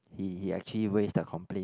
he he actually raised a complaint